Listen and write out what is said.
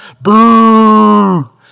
Boo